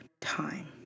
time